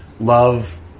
love